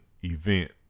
event